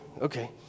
Okay